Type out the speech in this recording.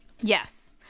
Yes